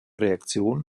reaktion